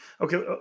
okay